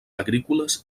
agrícoles